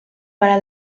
para